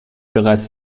bereits